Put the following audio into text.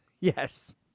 Yes